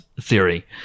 theory